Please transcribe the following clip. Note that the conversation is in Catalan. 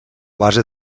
base